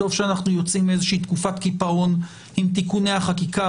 טוב שאנחנו יוצאים מאיזושהי תקופת קיפאון עם תיקוני החקיקה,